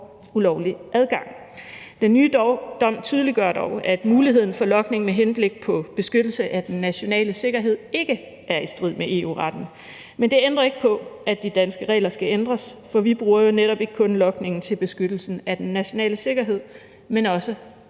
ulovlig adgang. Den nye dom tydeliggør dog, at muligheden for logning med henblik på beskyttelse af den nationale sikkerhed, ikke er i strid med EU-retten. Men det ændrer ikke på, at de danske regler skal ændres, for vi bruger jo netop ikke kun logningen til beskyttelse af den nationale sikkerhed, man også